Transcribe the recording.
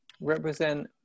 represent